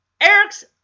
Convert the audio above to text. Eric's